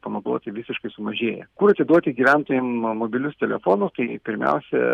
pamatuoti visiškai sumažėja kur atiduoti gyventojam mobilius telefonus tai pirmiausia